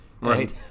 Right